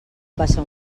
passa